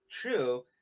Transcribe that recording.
true